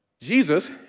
Jesus